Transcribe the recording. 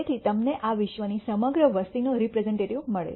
જેથી તમને આ વિશ્વની સમગ્ર વસ્તીનો રેપ્રેઝન્ટટિવ મળે